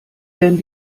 werden